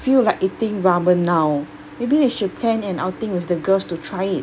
feel like eating ramen now maybe you should plan an outing with the girls to try it